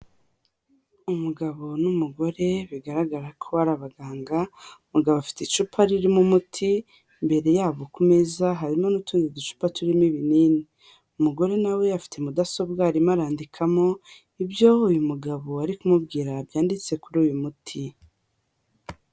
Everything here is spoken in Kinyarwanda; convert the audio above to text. Umugabo n'umugore bigaragara ko hari abaganga, umugabo bafite icupa ririmo umuti imbere yabo ku meza harimo n'utundi ducupa turimo ibinini, umugore na we afite mudasobwa arimo arandikamo ibyo uyu mugabo ari kumubwira byanditse kuri uyu muti.